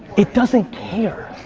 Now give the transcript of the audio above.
it doesn't care.